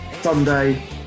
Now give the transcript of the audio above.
Sunday